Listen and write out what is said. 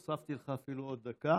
הוספתי לך אפילו עוד דקה.